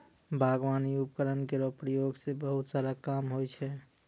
बागबानी उपकरण केरो प्रयोग सें बहुत सारा काम होय छै